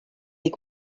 eich